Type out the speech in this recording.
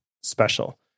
special